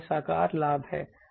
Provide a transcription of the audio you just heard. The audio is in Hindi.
यह साकार लाभ है